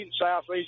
Southeast